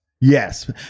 Yes